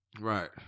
Right